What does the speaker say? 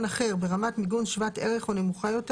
אחר ברמת מניגון שוות ערך או נמוכה יותר,